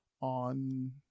on